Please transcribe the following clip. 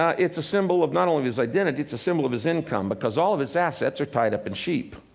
ah it's a symbol of not only his identity, it's a symbol of his income, because all of his assets are tied up in sheep.